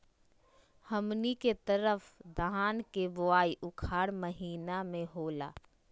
हमनी के तरफ धान के बुवाई उखाड़ महीना में होला